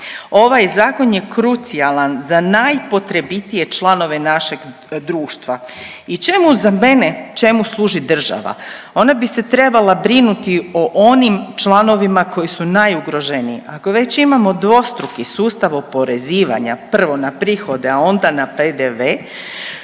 Ovaj Zakon je krucijalan za najpotrebitije članove našeg društva i čemu za mene, čemu služi država? Ona bi se trebala brinuti o onim članovima koji su najugroženiji. Ako već imamo dvostruki sustav oporezivanja, prvo na prihode, a onda na PDV,